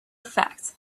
fact